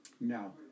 No